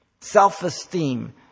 self-esteem